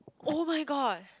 [oh]-my-god